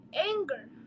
anger